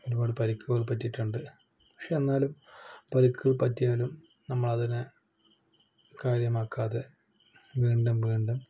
ഒരുപാട് പരിക്കുകള് പറ്റിയിട്ടുണ്ട് പക്ഷെ എന്നാലും പരിക്കുകള് പറ്റിയാലും നമ്മളതിനെ കാര്യമാക്കാതെ വീണ്ടും വീണ്ടും